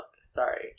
Sorry